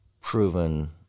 proven